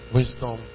wisdom